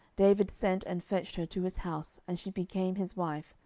david sent and fetched her to his house, and she became his wife,